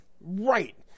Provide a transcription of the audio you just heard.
right